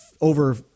over